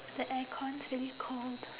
the aircon's pretty cold